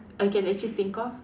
I can actually think of